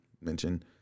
mention